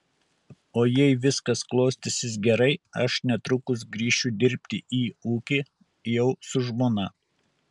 o jei viskas klostysis gerai aš netrukus grįšiu dirbti į ūkį jau su žmona